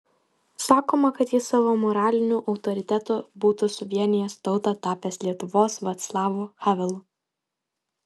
sakoma kad jis savo moraliniu autoritetu būtų suvienijęs tautą tapęs lietuvos vaclavu havelu